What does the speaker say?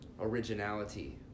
originality